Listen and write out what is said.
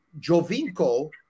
Jovinko